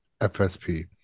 FSP